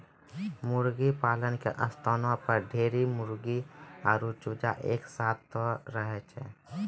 मुर्गीपालन के स्थानो पर ढेरी मुर्गी आरु चूजा एक साथै रहै छै